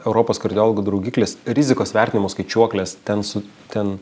europos kardiologų draugiklis rizikos vertinimo skaičiuoklės ten su ten